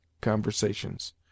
conversations